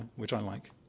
which i like.